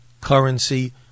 currency